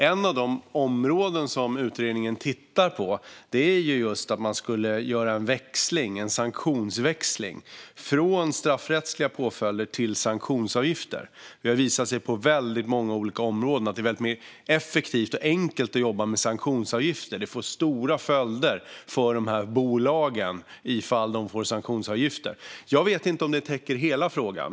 Ett av de områden som utredningen tittar på är just en sanktionsväxling från straffrättsliga påföljder till sanktionsavgifter. Det har visat sig på många olika områden att det är mer effektivt och enkelt att jobba med sanktionsavgifter. Det får stora följder för bolagen att få sanktionsavgifter. Jag vet inte om det täcker hela frågan.